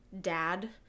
dad